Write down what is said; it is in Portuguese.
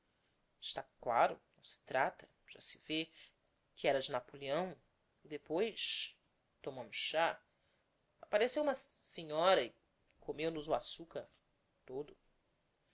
cclaro não se trata já se vê que era de napoleão e depois tomámos chá appareceu uma se senhora e comeu nos o açucar todo